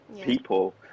people